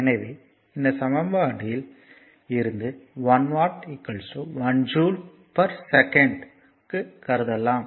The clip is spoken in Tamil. எனவே இந்த சமன்பாடு இல் இருந்து 1 வாட் 1 ஜூல் பர் செகண்ட் க்கு கருதலாம்